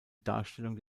darstellung